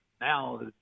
now